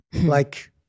like-